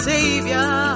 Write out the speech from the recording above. Savior